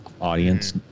audience